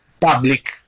public